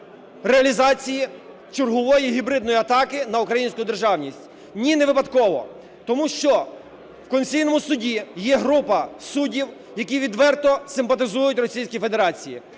реалізації чергової гібридної атаки на українську державність? Ні, не випадково. Тому що в Конституційному Суді є група суддів, які відверто симпатизують Російської Федерації.